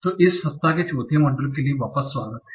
तो इस सप्ताह के चौथे मॉड्यूल के लिए वापस स्वागत है